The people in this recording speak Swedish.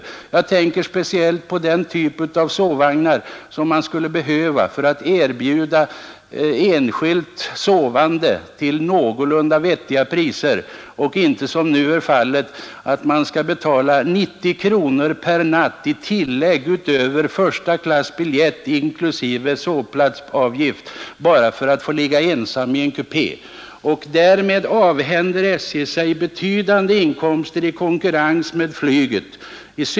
Jag tänker speciellt på den typ av sovvagnar som SJ skulle behöva för att kunna erbjuda enskild sovkupé till någorlunda vettiga priser. Det bör inte vara så att man, såsom nu är fallet, skall behöva betala ett tillägg på 90 kronor per natt utöver första klass biljett och sovplatsavgift bara för att få ligga ensam i kupén. Därmed avhänder sig SJ betydande inkomster i konkurrensen med flyget.